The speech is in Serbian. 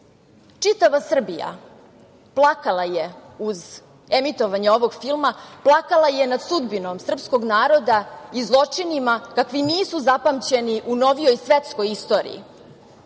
Čitava Srbija plakala je uz emitovanje ovog filma, plakala je nad sudbinom srpskog naroda i zločinima kakvi nisu zapamćeni u novijoj svetskoj istoriji.